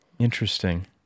Interesting